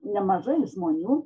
nemažai žmonių